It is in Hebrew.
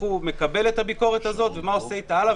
הוא מקבל את הביקורת הזאת ומה הוא עושה אתה הלאה,